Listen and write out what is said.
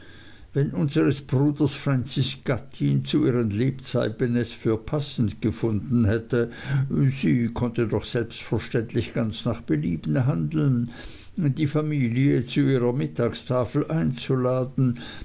wenn unseres bruders francis gattin es zu ihren lebzeiten für passend gefunden hätte sie konnte doch selbstverständlich ganz nach belieben handeln die familie zu ihrer mittagstafel einzuladen